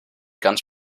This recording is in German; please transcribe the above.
ganz